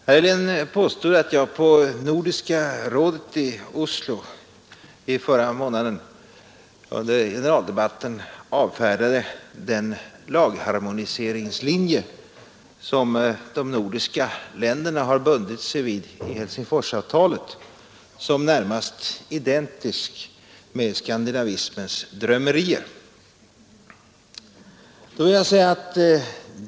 Herr Helén påstod att jag på Nordiska rådets möte i Oslo i förra månaden under generaldebatten avfärdade den lagharmoniseringslinje som de nordiska länderna har bundit sig vid i Helsingforsavtalet som närmast identisk med skandinavismens drömmerier.